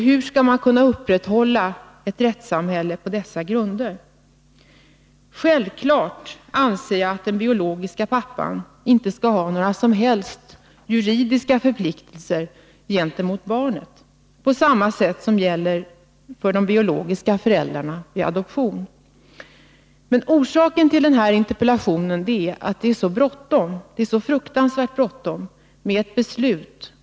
Hur skall man kunna upprätthålla ett rättssamhälle på sådana grunder? Självfallet anser jag inte att den biologiska pappan skall ha några som helst juridiska förpliktelser gentemot barnet, utan samma regler skall gälla som för biologiska föräldrar vid adoption. Orsaken till min interpellation är att det är så fruktansvärt bråttom med ett beslut.